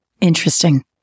Interesting